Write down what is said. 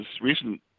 recent